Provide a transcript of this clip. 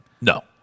No